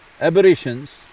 aberrations